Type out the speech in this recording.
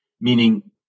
meaning